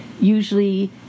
usually